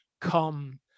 come